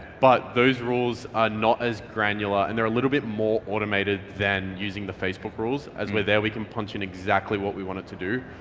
but those rules are not as granular and they're a little bit more automated than using the facebook rules, as we're there, we can punch in exactly what we wanted to do,